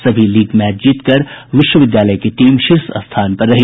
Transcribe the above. सभी league match जीतकर विश्वविद्यालय की टीम शीर्ष स्थान पर रही